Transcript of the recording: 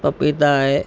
पपीता आहे